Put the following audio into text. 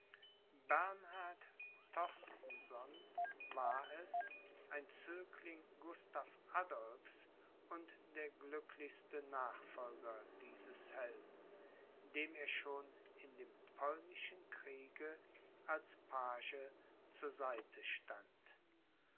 bernhard torstenson war es ein zögling gustav adolphs und der glücklichste nachfolger dieses helden dem er schon in dem polnischen kriege als page zur seite stand